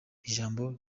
ijambo